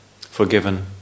Forgiven